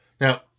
Now